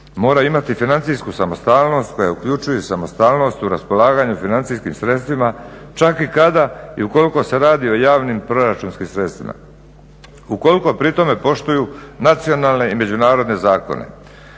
moraju imati financijsku samostalnost koja uključuje samostalnost u raspolaganju financijskim sredstvima čak i kada i u kolko se radi o javnim proračunskim sredstvima ukoliko prisežem tome poštuju nacionalne i međunarodne zakone.